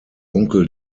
onkel